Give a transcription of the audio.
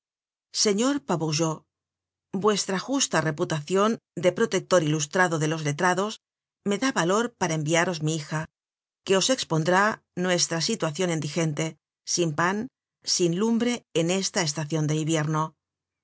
señor pabourgeot vuestra justa reputacion de protector ilustrado de los letrados me da balor para enbiaros mi hija que os expondra nuestra situacion endigente sin pan sin lumbre en esta estacion de ibierno